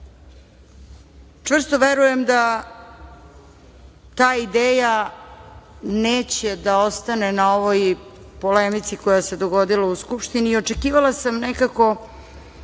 njih. Čvrsto verujem da ta ideja neće da ostane na ovoj polemici koja se dogodila u Skupštini i očekivala sam nekako